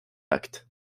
acte